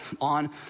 on